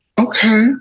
Okay